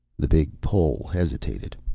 the big pole hesitated.